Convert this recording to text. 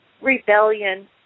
Rebellion